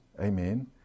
Amen